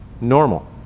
normal